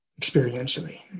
experientially